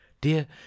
Dear